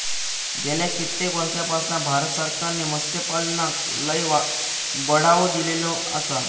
गेल्या कित्येक वर्षापासना भारत सरकारने मत्स्यपालनाक लय बढावो दिलेलो आसा